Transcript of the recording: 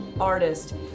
artist